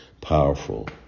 powerful